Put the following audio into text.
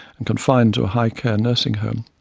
and confined to a high-care nursing home.